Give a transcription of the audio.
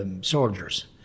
soldiers